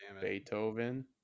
Beethoven